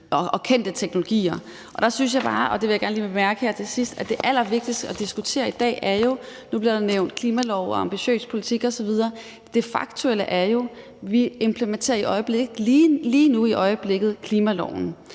og kendte teknologier? Der synes jeg bare, og det vil jeg gerne lige bemærke her til sidst, at det allervigtigste at diskutere i dag – nu blev der nævnt klimalov og ambitiøs politik osv. – er det faktuelle, at vi jo i øjeblikket, lige nu, implementerer klimaloven.